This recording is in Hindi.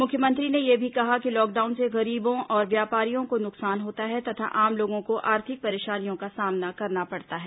मुख्यमंत्री ने यह भी कहा कि लॉकडाउन से गरीबों और व्यापारियों को नुकसान होता है तथा आम लोगों को आर्थिक परेशानियों का सामना करना पड़ता है